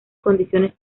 condiciones